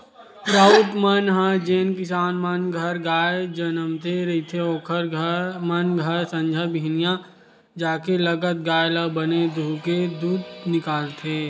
राउत मन ह जेन किसान मन घर गाय जनमे रहिथे ओखर मन घर संझा बिहनियां जाके लगत गाय ल बने दूहूँके दूद निकालथे